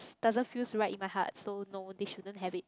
doesn't feels right in my heart so no they shouldn't have it